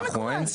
לא לקובל.